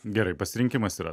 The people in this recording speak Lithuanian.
gerai pasirinkimas yra